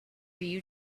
you